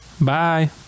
Bye